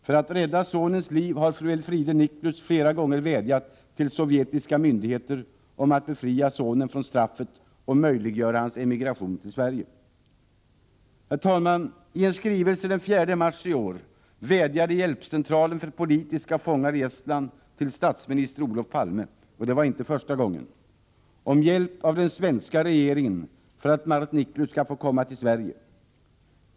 För att rädda sonens liv har fru Elfriede Niklus flera gånger vädjat till sovjetiska myndigheter om att befria sonen från straffet och möjliggöra hans emigration till Sverige. Herr talman! I en skrivelse av den 4 mars i år vädjade Hjälpcentralen för politiska fångar i Estland till statsminister Olof Palme — det var inte första gången — om hjälp av den svenska regeringen för att Mart Niklus skall få komma till Sverige.